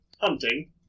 hunting